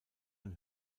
ein